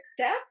step